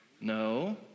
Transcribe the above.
No